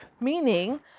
meaning